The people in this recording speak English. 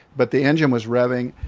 but the engine was revving.